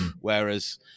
whereas